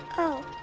oh,